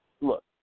Look